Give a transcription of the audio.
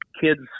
kids